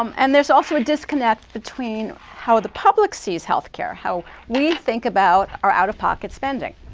um and there's also a disconnect between how the public sees health care, how we think about our out-of-pocket spending.